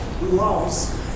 loves